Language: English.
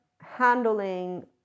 handling